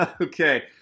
Okay